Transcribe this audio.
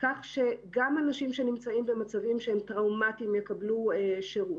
כך שגם אנשים שנמצאים במצבים שהם טראומתיים יקבלו שירות,